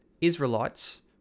Israelites